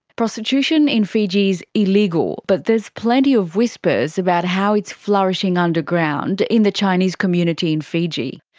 prostitution in fiji is illegal, but there's plenty of whispers about how it's flourishing underground in the chinese community in fiji.